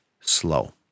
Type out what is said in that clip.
slow